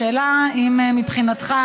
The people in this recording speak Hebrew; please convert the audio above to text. השאלה היא אם מבחינתך,